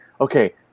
okay